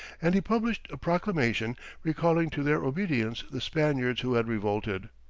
and he published a proclamation recalling to their obedience the spaniards who had revolted.